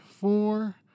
four